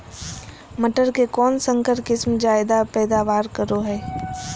मटर के कौन संकर किस्म जायदा पैदावार करो है?